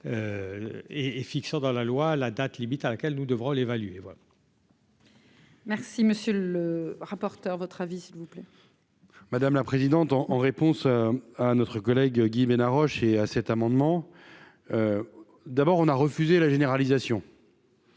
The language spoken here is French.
et fiction dans la loi, la date limite à laquelle nous devra l'évaluer voilà. Merci, monsieur le rapporteur, votre avis s'il vous plaît. Madame la présidente, en réponse à notre collègue Guy Bénard Roche et à cet amendement, d'abord on a refusé la généralisation.